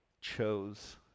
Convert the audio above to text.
chose